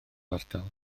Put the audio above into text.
ardal